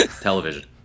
Television